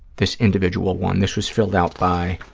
this individual one. this was filled out by